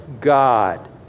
God